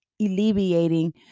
alleviating